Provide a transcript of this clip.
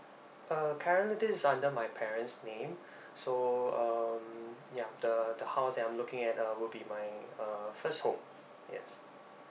uh currently this is under my parents' name so um ya the the house that I'm looking at um would be my uh first home yes